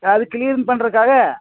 அது கிளீன் பண்ணுறக்காக